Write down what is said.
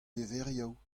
levrioù